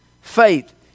Faith